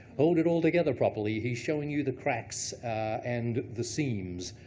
hold it all together properly. he's showing you the cracks and the seams.